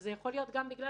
וזה יכול להיות גם בגלל